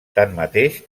tanmateix